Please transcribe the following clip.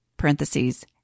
parentheses